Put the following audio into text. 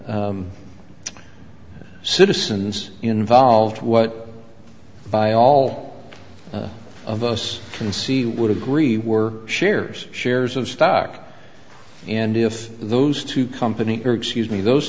citizens involved what by all of us can see would agree were shares shares of stock and if those two companies or excuse me those